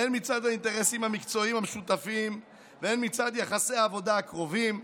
הן מצד האינטרסים המקצועיים המשותפים והן מצד יחסי העבודה הקרובים.